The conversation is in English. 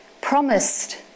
promised